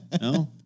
No